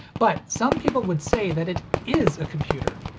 but, some people would say that it is a computer.